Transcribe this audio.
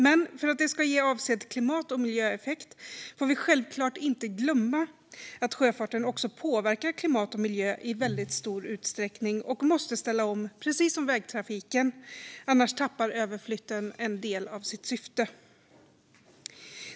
Men för att det ska ge avsedd klimat och miljöeffekt får vi självklart inte glömma att sjöfarten också påverkar klimat och miljö i väldigt stor utsträckning. Den måste ställa om, precis som vägtrafiken, annars tappar överflytten en del av sitt syfte.